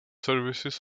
services